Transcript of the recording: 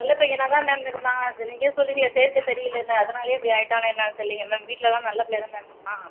நல்ல பையனாக தான் மேம் இருந்தான் நீங்களே சொல்கிறீங்களே சேர்க்கை சரியில்லனு அதனாலயே இப்படி ஆகிட்டானா என்னென்னு தெரியலைங்க மேம் வீட்டுலெல்லாம் நல்ல பிள்ளையா தான் மேம் இருந்தான்